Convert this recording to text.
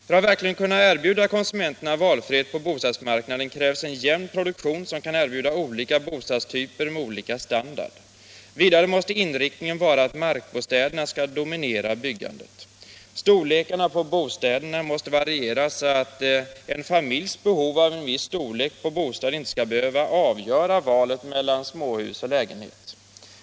För att man verkligen skall kunna erbjuda konsumenterna valfrihet på bostadsmarknaden krävs en jämn produktion, som kan tillhandahålla olika bostadstyper med olika standard. Vidare måste inriktningen vara att markbostäderna skall dominera byggandet. Storlekarna på bostäderna måste variera så att en familjs behov av en viss storlek på bostad inte skall behöva avgöra valet mellan småhus och lägenhet.